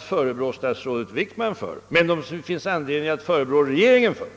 förebrå statsrådet Wickman för men där det finns anledning förebrå regeringen för